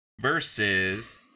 versus